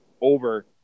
over